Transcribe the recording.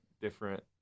different